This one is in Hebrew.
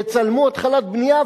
יצלמו התחלת בנייה,